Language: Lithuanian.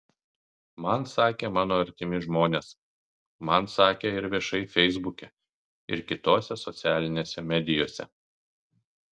man sakė mano artimi žmonės man sakė ir viešai feisbuke ir kitose socialinėse medijose